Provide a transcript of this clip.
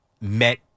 met